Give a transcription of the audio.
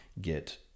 get